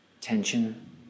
tension